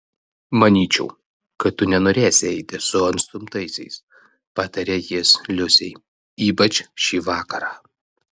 manyčiau kad tu nenorėsi eiti su atstumtaisiais patarė jis liusei ypač šį vakarą